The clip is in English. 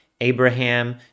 Abraham